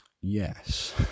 yes